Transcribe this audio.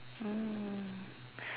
mm